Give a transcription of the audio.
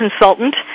consultant